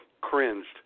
cringed